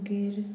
मागीर